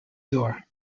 door